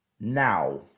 Now